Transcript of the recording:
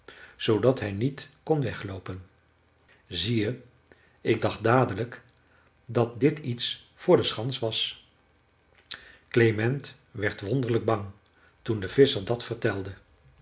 zoodat hij niet kon wegloopen zie je ik dacht dadelijk dat dit iets voor de schans was klement werd wonderlijk bang toen de visscher dat vertelde